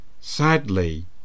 Sadly